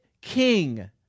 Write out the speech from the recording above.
King